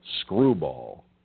screwball